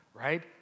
right